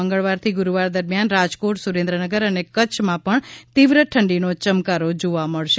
મંગળવાર થી ગુરૂવાર દરમિયાન રાજકોટ સુરેન્દ્રનગર અને કચ્છમાં પણ તીવ્ર ઠંડીનો ચમકારો જોવા મળશે